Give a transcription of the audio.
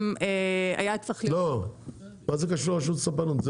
מה זה קשור לרשות הספנות?